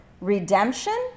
Redemption